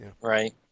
Right